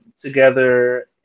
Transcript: together